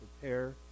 prepare